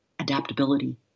adaptability